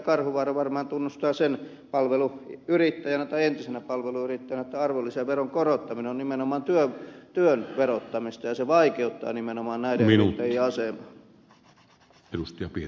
karhuvaara varmaan tunnustaa sen palveluyrittäjänä tai entisenä palveluyrittäjänä että arvonlisäveron korottaminen on nimenomaan työn verottamista ja se vaikeuttaa nimenomaan näiden yrittäjien asemaa